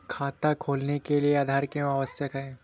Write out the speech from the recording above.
खाता खोलने के लिए आधार क्यो आवश्यक है?